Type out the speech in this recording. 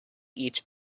each